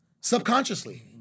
Subconsciously